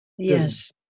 Yes